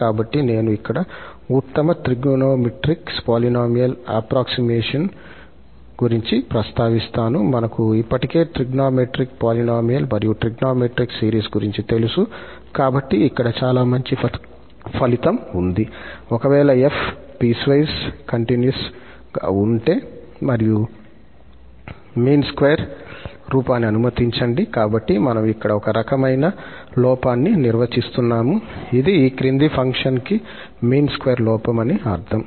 కాబట్టి నేను ఇక్కడ ఉత్తమ త్రిగోనోమెట్రిక్ పోలీనోమిల్ అప్ప్రోక్సిమతిన్ గురించి ప్రస్తావిస్తాను మనకు ఇప్పటికే త్రిగోనోమెట్రిక్ పోలీనోమిల్ మరియు త్రిగోనోమెట్రిక్ సిరీస్ గురించి తెలుసు కాబట్టి ఇక్కడ చాలా మంచి ఫలితం ఉంది ఒకవేళ 𝑓 పీస్ వైస్ కంటిన్యూస్ గా ఉంటే మరియు మీన్ స్క్వేర్ రూపాన్ని అనుమతించండి కాబట్టి మనము ఇక్కడ ఒక రకమైన లోపాన్ని నిర్వచిస్తున్నాము ఇది ఈ క్రింది ఫంక్షన్కి మీన్ స్క్వేర్ లోపం అని అర్ధం